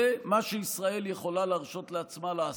זה מה שישראל יכולה להרשות לעצמה לעשות,